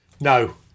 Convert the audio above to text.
No